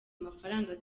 amafaranga